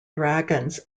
dragons